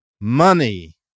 Money